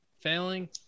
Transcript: Failing